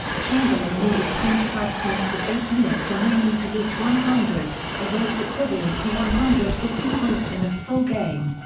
chamberlain needed twenty five points with eight minutes remaining to reach one hundred, a rate equivalent to one hundred and fifty points in a full game.